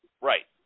right